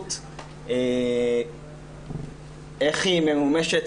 הזכאות איך היא ממומשת,